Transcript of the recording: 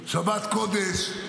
שבת קודש,